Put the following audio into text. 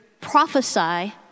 prophesy